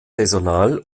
saisonal